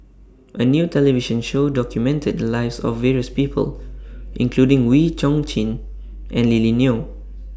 A New television Show documented The Lives of various People including Wee Chong Jin and Lily Neo